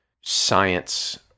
science